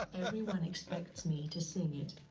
everyone expects me to sing it.